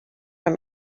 from